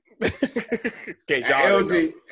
LG